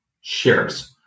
shares